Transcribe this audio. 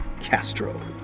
Castro